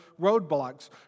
roadblocks